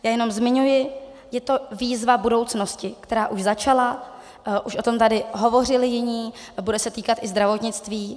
Jenom zmiňuji, je to výzva budoucnosti, která už začala, už o tom tady hovořili jiní, a bude se týkat i zdravotnictví.